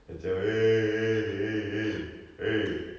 macam eh eh eh eh eh